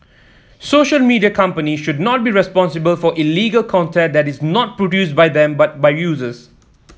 social media companies should not be responsible for illegal content that is not produced by them but by users